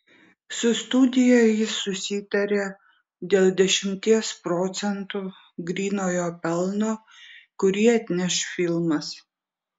su studija jis susitarė dėl dešimties procentų grynojo pelno kurį atneš filmas